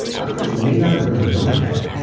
doctors may not have really known that.